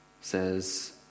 says